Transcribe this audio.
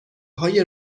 های